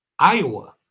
Iowa